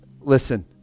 Listen